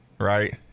right